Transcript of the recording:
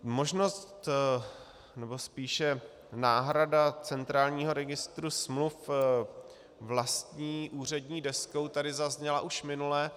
Možnost, nebo spíše náhrada centrálního Registru smluv vlastní úřední deskou tady zazněla už minule.